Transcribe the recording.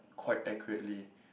quite accurately